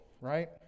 right